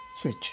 switch